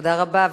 תודה רבה.